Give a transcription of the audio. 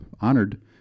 honored